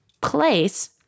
place